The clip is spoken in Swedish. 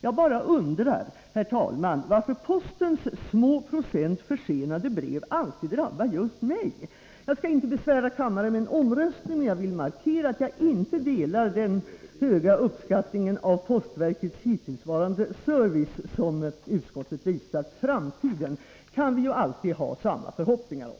Jag bara undrar, herr talman, varför postens lilla procent försenade brev alltid drabbar just mig. Jag skall inte besvära kammaren med en omröstning, men jag vill markera att jag inte delar den höga uppskattning av postverkets hittillsvarande service som utskottet visar. Framtiden kan vi ju alltid ha samma förhoppningar om.